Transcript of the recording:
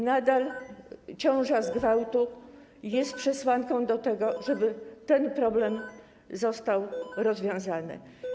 Nadal ciąża z gwałtu jest przesłanką do tego, żeby ten problem został rozwiązany.